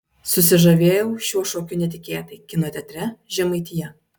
susižavėjau šiuo šokiu netikėtai kino teatre žemaitija